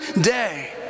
day